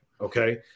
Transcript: okay